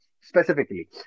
specifically